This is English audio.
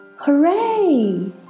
Hooray